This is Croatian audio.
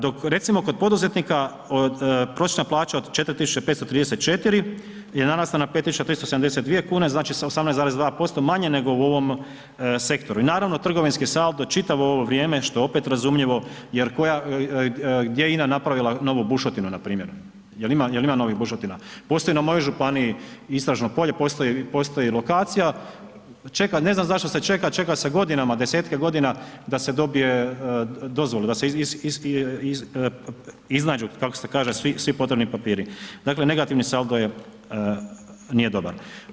Dok recimo kod poduzetnika prosječna plaća od 4.534,00 je narasla na 5.372,00 kn, znači, sa 18,2% manje nego u ovom sektoru i naravno trgovinski saldo čitavo ovo vrijeme, što je opet razumljivo jer koja, gdje je INA napravila novu bušotinu npr., jel ima novih bušotina? postoji na mojoj županiji istražno polje, postoji lokacija, čeka, ne znam zašto se čeka, čeka se godinama, desetke godina, da se dobije dozvola, da se iznađu, kako se kažu, svi potrebni papiri, dakle, negativni saldo je, nije dobar.